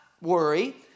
worry